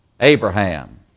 Abraham